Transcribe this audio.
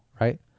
right